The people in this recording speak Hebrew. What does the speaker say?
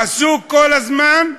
עסוק כל הזמן,